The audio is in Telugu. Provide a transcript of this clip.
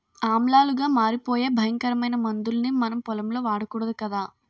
ఆమ్లాలుగా మారిపోయే భయంకరమైన మందుల్ని మనం పొలంలో వాడకూడదు కదా